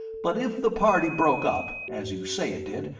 but if the party broke up, as you say it did,